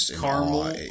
caramel